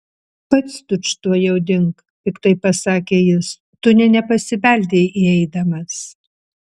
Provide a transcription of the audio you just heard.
pats tučtuojau dink piktai pasakė jis tu nė nepasibeldei įeidamas